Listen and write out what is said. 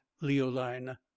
Leoline